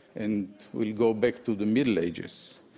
and we'll go back to the middle ages.